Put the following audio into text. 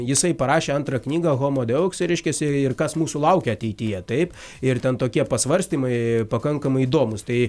jisai parašė antrą knygą homo deuks reiškiasi ir kas mūsų laukia ateityje taip ir ten tokie pasvarstymai pakankamai įdomūs tai